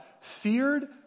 feared